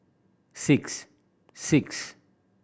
six six